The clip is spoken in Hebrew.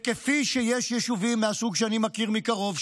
כפי שיש יישובים מהסוג שאני מכיר מקרוב,